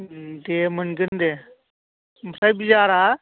दे मोनगोन दे ओमफ्राय बियारा